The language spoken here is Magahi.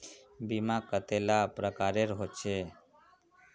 बीमा कतेला प्रकारेर होचे?